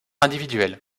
individuels